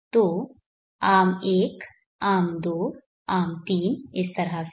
तो arm 1 arm 2 arm 3 इस तरह से